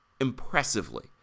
impressively